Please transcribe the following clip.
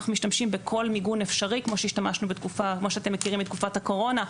אנחנו משתמשים בכל מיגון אפשרי כמו שאתם מכירים מתקופת הקורונה.